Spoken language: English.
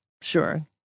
sure